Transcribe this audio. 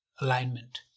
alignment